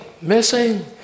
missing